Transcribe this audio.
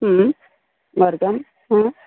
अर्धम्